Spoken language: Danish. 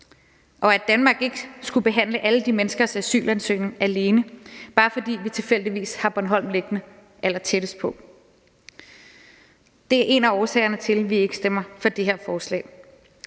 og at Danmark ikke skulle behandle alle de menneskers asylansøgninger alene, bare fordi vi tilfældigvis har Bornholm liggende allertættest på. Det er en af årsagerne til, at vi ikke stemmer for det her forslag.